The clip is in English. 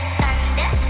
thunder